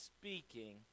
speaking